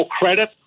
credit